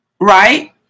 Right